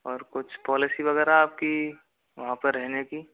और कुछ पॉलिसी वगैरह आपकी वहाँ पे रहने की